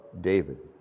David